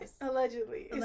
Allegedly